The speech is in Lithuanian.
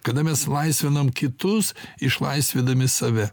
kada mes laisvinam kitus išlaisvindami save